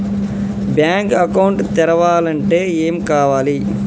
Bank account తెరవాలంటే ఏమేం కావాలి?